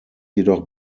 jedoch